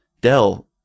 Dell